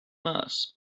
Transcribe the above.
mass